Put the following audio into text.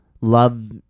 love